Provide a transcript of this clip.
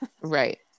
right